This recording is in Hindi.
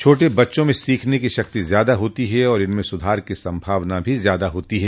छोटे बच्चों में सिखने की शक्ति ज्यादा होती है और इनमें सुधार की संभावना भी ज्यादा होती है